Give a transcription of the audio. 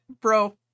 bro